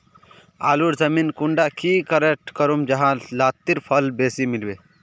आलूर जमीन कुंडा की करे ठीक करूम जाहा लात्तिर फल बेसी मिले?